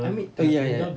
I mean ya ya